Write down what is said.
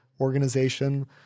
organization